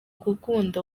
gukunda